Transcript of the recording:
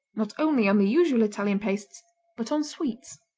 not only on the usual italian pastes but on sweets.